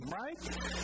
right